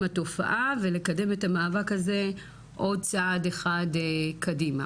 התופעה ולקדם את המאבק הזה עוד צעד אחד קדימה.